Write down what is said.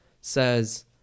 says